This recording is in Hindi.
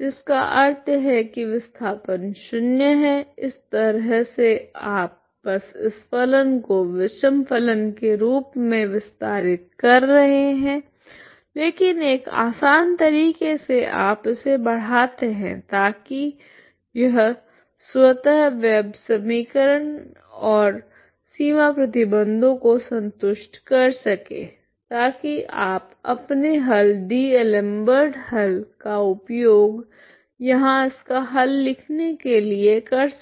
जिसका अर्थ है कि विस्थापन शून्य है इस तरह से आप बस इस फलन को विषम फलन के रूप में विस्तारित कर रहे हैं लेकिन एक आसान तरीके से आप इसे बढ़ाते हैं ताकि यह स्वतः वेव समीकरण और सीमा प्रतिबंधों को संतुष्ट कर सके ताकि आप अपने हल डी'एलेम्बर्ट हल का उपयोग यहां इसका हल लिखने के लिए कर सकें